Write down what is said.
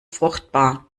fruchtbar